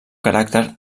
caràcter